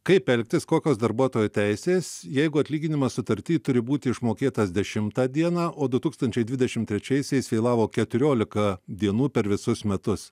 kaip elgtis kokios darbuotojo teisės jeigu atlyginimas sutarty turi būti išmokėtas dešimtą dieną o du tūkstančiai dvidešim trečiaisiais vėlavo keturiolika dienų per visus metus